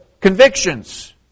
convictions